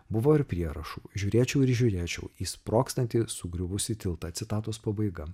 buvo ir prierašų žiūrėčiau ir žiūrėčiau į sprogstantį sugriuvusį tiltą citatos pabaiga